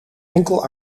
enkel